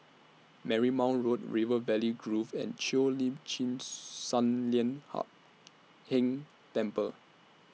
Marymount Road River Valley Grove and Cheo Lim Chin Sun Lian Hup Keng Temple